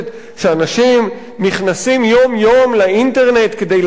שאנשים נכנסים יום-יום לאינטרנט כדי לדעת,